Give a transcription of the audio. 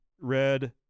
red